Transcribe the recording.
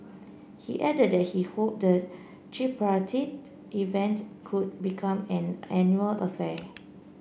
he added that he hoped the tripartite event could become an annual affair